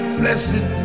blessed